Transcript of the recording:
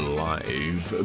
live